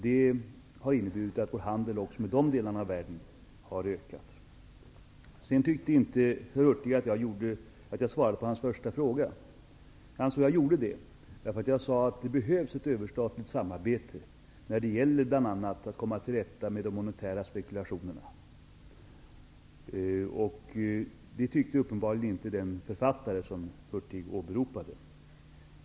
Det har inneburit att vår handel har ökat också med de delarna av världen. Sedan tyckte inte herr Hurtig att jag svarade på hans första fråga. Jag anser att jag gjorde det. Jag sade att det behövs ett överstatligt samarbete bl.a. när det gäller att komma till rätta med de monetära spekulationerna. Det tyckte uppenbarligen inte den författare som Hurtig åberopade.